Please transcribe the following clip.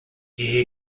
ehe